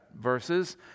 verses